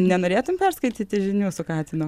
nenorėtum perskaityti žinių su katinu